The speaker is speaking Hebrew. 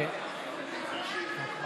תודה רבה.